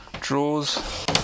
drawers